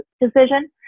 decision